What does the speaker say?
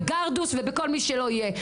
בגרדוס ובכל מי שלא יהיה.